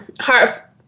heart